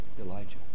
Elijah